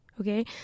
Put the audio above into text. Okay